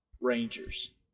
Rangers